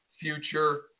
future